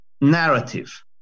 narrative